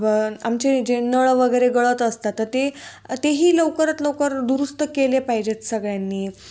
आमचे जे नळ वगैरे गळत असतात तर ते तेही लवकरात लवकर दुरुस्त केले पाहिजेत सगळ्यांनी